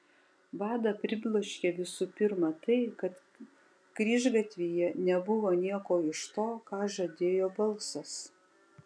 vadą pribloškė visų pirma tai kad kryžgatvyje nebuvo nieko iš to ką žadėjo balsas